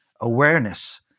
awareness